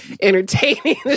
entertaining